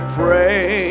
pray